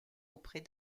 auprès